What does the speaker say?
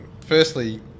firstly